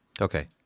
Okay